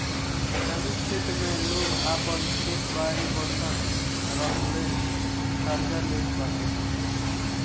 ग्रामीण क्षेत्र में लोग आपन खेत बारी बंधक रखके कर्जा लेत बाटे